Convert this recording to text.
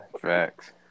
Facts